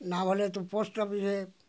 না হলে তো পোস্ট অফিসে